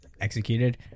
executed